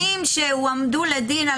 אני מכירה מפגינים שהועמדו לדין על